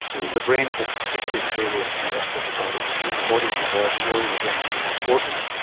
the brain is a protected area from the rest of the body, the the body has evolved knowing the brain is really important,